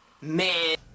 Man